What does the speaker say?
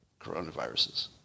coronaviruses